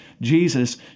Jesus